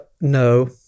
no